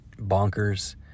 bonkers